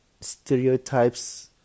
stereotypes